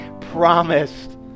promised